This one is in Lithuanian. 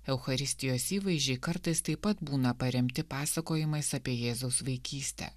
eucharistijos įvaizdžiai kartais taip pat būna paremti pasakojimais apie jėzaus vaikystę